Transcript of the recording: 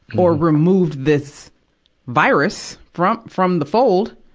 or removed this virus from from the fold,